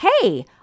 hey